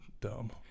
dumb